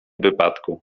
wypadku